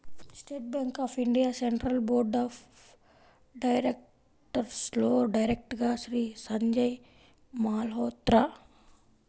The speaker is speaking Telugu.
state Bank of India central board of డైరెక్టర్స్లో డైరెక్టర్గా శ్రీ సంజయ్ మల్హోత్రా